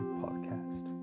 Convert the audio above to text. podcast